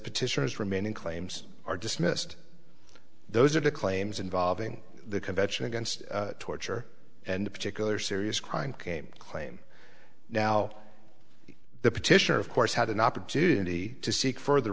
petitioners remain in claims are dismissed those are the claims involving the convention against torture and a particular serious crime came claim now the petitioner of course had an opportunity to seek further